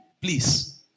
please